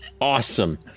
Awesome